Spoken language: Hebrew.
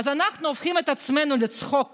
אנחנו הופכים את עצמנו לצחוק